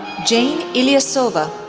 jane ilyasova,